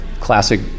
classic